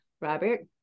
Robert